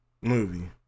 movie